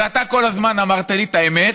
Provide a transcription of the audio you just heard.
ואתה כל הזמן אמרת לי את האמת: